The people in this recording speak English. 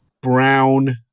Brown